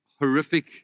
horrific